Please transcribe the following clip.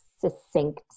succinct